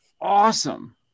awesome